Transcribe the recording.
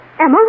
Emma